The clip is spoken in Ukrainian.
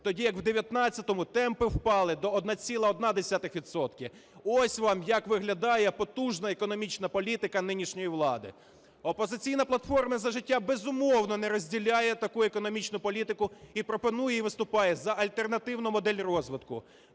тоді як у 19-му темпи впали до 1,1 відсотка. Ось вам як виглядає потужна економічна політика нинішньої влади. "Опозиційна платформа - За життя", безумовно, не розділяє таку економічну політику і пропонує, і виступає за альтеративну модель розвитку.